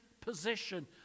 position